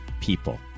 people